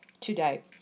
today